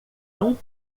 tão